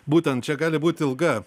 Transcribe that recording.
būtent čia gali būti ilga